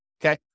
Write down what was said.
Okay